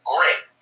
Great